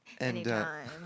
Anytime